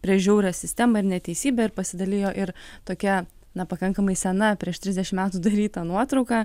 prieš žiaurią sistemą ir neteisybę ir pasidalijo ir tokia na pakankamai sena prieš trisdešim metų daryta nuotrauka